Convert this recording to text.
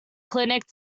clinic